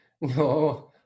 No